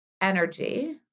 energy